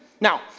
Now